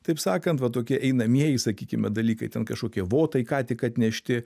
taip sakant va tokie einamieji sakykime dalykai ten kažkokie votai ką tik atnešti